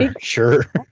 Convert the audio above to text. sure